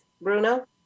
Bruno